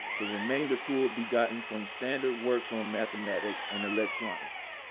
the remaindercould be gotten from standard works on mathematics and electronics.